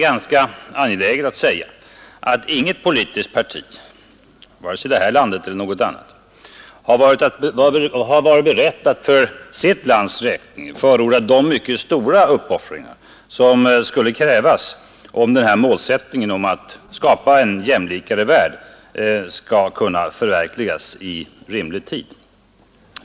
Inget politiskt parti har varit berett att förorda de mycket stora uppoffringar som skulle krävas, om den här målsättningen att skapa en jämlikare värld skall kunna förverkligas inom rimlig tid.